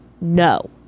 no